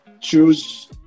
choose